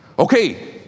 Okay